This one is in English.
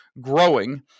growing